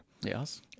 Yes